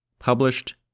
Published